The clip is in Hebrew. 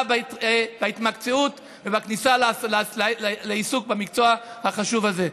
בהתמקצעות ובכניסה לעיסוק במקצוע החשוב זה.